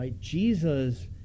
Jesus